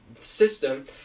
system